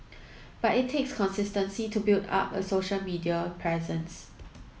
but it takes consistency to build up a social media presence